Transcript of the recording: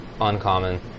uncommon